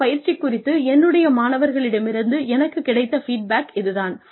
இந்த பயிற்சி குறித்து என்னுடைய மாணவர்களிடமிருந்து எனக்குக் கிடைத்த ஃபீட்பேக் இது தான்